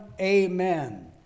amen